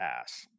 ass